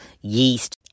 yeast